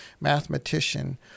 mathematician